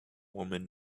woman